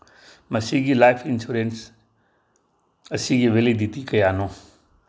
ꯃꯁꯤꯒꯤ life insurance ꯑꯁꯤꯒꯤ validity ꯀꯌꯥꯅꯣ